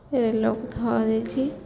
ରେଳପଥ ଯାଇଛି